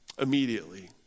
immediately